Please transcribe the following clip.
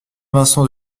vincent